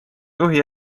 juhi